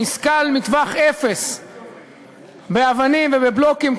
נסקל מטווח אפס באבנים ובבלוקים,